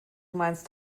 meinst